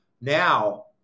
Now